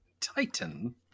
Titan